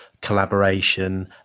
collaboration